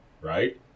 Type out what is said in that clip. Right